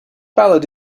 ballad